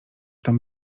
tam